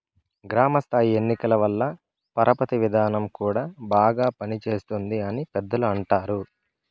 గ్రామ స్థాయి ఎన్నికల వల్ల పరపతి విధానం కూడా బాగా పనిచేస్తుంది అని పెద్దలు అంటారు